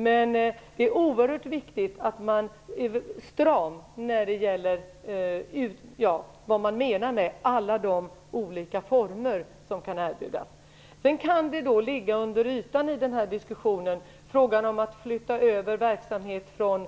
Men det är oerhört viktigt att man är stram när det gäller vad man menar med alla de olika former som kan erbjudas. Sedan kan frågan om att flytta över verksamhet från